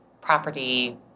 property